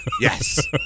Yes